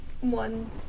one